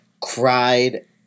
cried